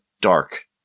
dark